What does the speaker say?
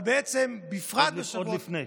אבל בפרט, עוד לפני.